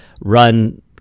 run